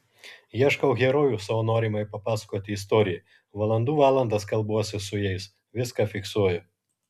ieškau herojų savo norimai papasakoti istorijai valandų valandas kalbuosi su jais viską fiksuoju